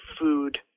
food